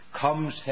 comes